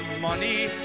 money